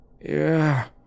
Yeah